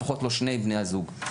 לפחות לא שני בני הזוג.